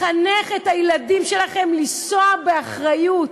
לחנך את הילדים שלכם לנסוע באחריות,